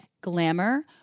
*Glamour*